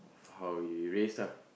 for how we raise lah